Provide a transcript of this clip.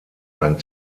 ein